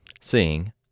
seeing